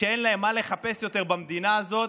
שאין להם מה לחפש יותר במדינה הזאת,